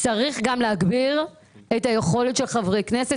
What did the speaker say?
צריך גם להגביר את היכולת של חברי כנסת